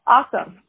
Awesome